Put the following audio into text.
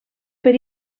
per